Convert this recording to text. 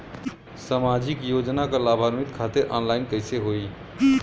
सामाजिक योजना क लाभान्वित खातिर ऑनलाइन कईसे होई?